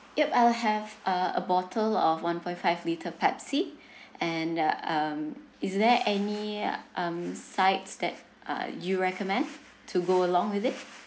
yup I'll have uh a bottle of one point five litre pepsi and um is there any um sides that uh you recommend to go along with it